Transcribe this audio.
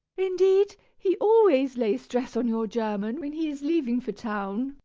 indeed, he always lays stress on your german when he is leaving for town.